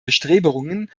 bestrebungen